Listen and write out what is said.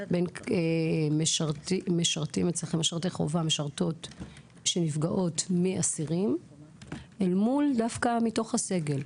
בין משרתי ומשרתות חובה שנפגעות מאסירים אל מול דווקא מתוך הסגל?